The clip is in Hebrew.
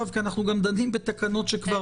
כי אנחנו דנים בתקנות שהן כבר תקפות.